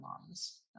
moms